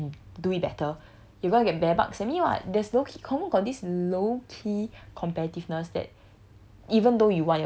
copy and moderate and do it better even get better marks than me [what] there's this key confirm got this low key competitiveness that